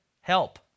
help